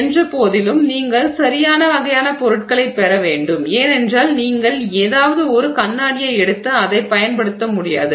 என்றபோதிலும் நீங்கள் சரியான வகையான பொருட்களைப் பெற வேண்டும் ஏனென்றால் நீங்கள் ஏதாவது ஒரு கண்ணாடியை எடுத்து அதைப் பயன்படுத்த முடியாது